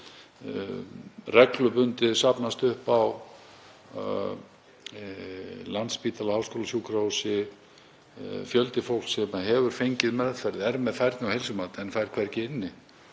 Reglubundið safnast upp á Landspítala – háskólasjúkrahúsi fjöldi fólks sem hefur fengið meðferð, er með færni- og heilsumat en fær hvergi inni